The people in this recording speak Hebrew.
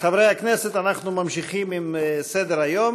חברי הכנסת, אנחנו ממשיכים בסדר-היום.